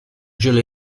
julie